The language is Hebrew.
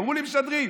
אמרו לי: משדרים.